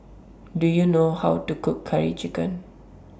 Do YOU know How to Cook Curry Chicken